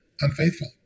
unfaithful